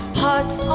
heart's